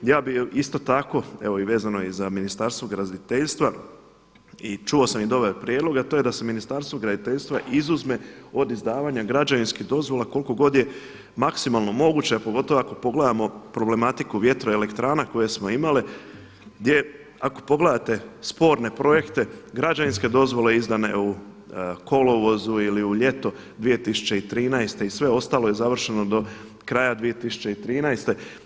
Ja bih isto tako, evo vezano i za Ministarstvo graditeljstva i čuo sam i dobar prijedlog, a to je da se Ministarstvu graditeljstva izuzme od izdavanja građevinskih dozvola koliko god je maksimalno moguće, a pogotovo ako pogledamo problematiku vjetroelektrana koje smo imali, gdje ako pogledate sporne projekte, građevinske dozvole izdane u kolovozu ili u ljeto 2013. i sve ostalo je završeno do kraja 2013.